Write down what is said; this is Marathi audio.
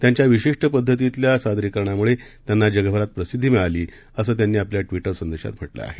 त्यांच्याविशिष्ठपद्धतीतल्यासादरिकरणामुळेत्यांनाजगभरातप्रसिद्धीमिळाली असंत्यांनीआपल्याट्वीटरसंदेशातम्हटलंआहे